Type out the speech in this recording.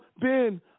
Ben